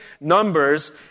numbers